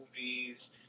movies